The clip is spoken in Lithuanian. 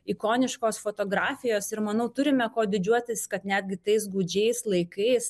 ikoniškos fotografijos ir manau turime kuo didžiuotis kad netgi tais gūdžiais laikais